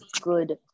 good